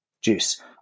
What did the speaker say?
juice